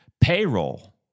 Payroll